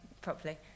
properly